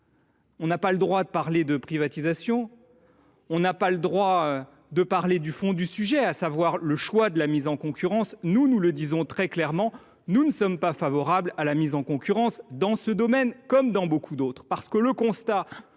n’avons le droit de parler ni de privatisation ni du fond du sujet, à savoir le choix de la mise en concurrence. Nous l’affirmons très clairement : nous ne sommes pas favorables à la mise en concurrence, dans ce domaine comme dans beaucoup d’autres.